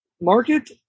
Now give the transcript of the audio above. market